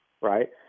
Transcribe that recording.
right